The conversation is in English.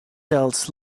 cells